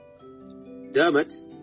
Dermot